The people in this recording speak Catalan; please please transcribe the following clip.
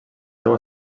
seu